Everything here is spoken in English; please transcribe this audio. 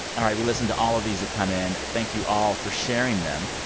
all right. we listen to all of these that come in. thank you all for sharing them.